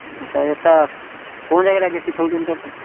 sir ଏଇଟା କେଉଁ ଜାଗାରେ ଆଜ୍ଞା ଶିଖାଉଛନ୍ତି ଆପଣ